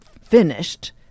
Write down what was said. Finished